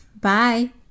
Bye